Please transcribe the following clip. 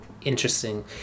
interesting